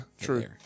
true